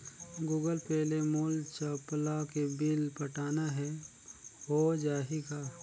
Google pay ले मोल चपला के बिल पटाना हे, हो जाही का?